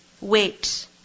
Wait